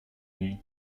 niej